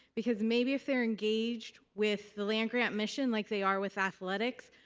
because maybe if they're engaged with the land-grant mission like they are with athletics,